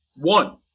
One